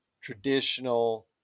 traditional